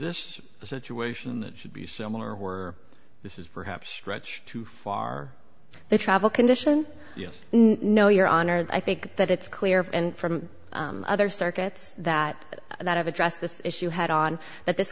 this a situation that should be similar were this is perhaps stretch too far the travel condition you know your honor i think that it's clear and from other circuits that that have addressed this issue head on that this